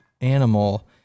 animal